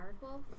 powerful